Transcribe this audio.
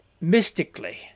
mystically